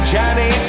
Johnny